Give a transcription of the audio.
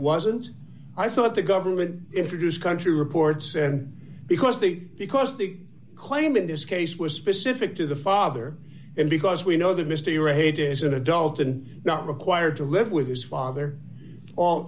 wasn't i thought the government if you're just country reports and because the because the claim in this case was specific to the father and because we know that mr your age is an adult and not required to live with his father all